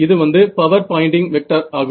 இது வந்து power Poynting vector ஆகும்